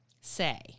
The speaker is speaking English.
say